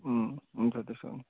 उम् हुन्छ त्यसो हो भने